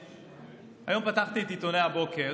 והיום פתחתי את עיתוני הבוקר